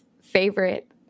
favorite